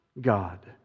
God